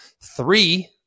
three